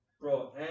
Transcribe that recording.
Bro